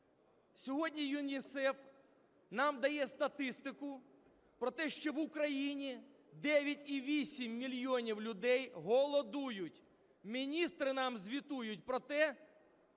Сьогодні ЮНІСЕФ нам дає статистику про те, що в Україні 9,8 мільйона людей голодують, міністри нам звітують про те,